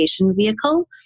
vehicle